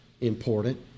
important